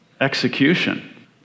Execution